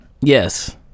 Yes